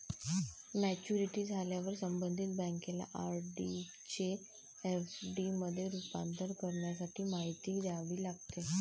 maturity झाल्यावर संबंधित बँकेला आर.डी चे एफ.डी मध्ये रूपांतर करण्यासाठी माहिती द्यावी लागते